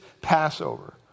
Passover